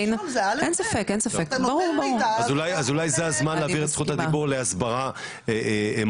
אז אולי זה הזמן להעביר את זכות הדיבור להסברה מעשית.